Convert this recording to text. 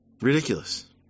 Ridiculous